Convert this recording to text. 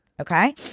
okay